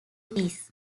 this